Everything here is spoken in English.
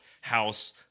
house